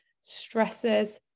stresses